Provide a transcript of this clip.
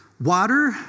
water